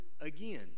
again